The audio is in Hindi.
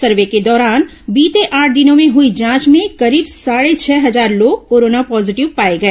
सर्वे के दौरान बीते आठ दिनों में हुई जांच में करीब साढ़े छह हजार लोग कोरोना पॉजीटिव पाए गए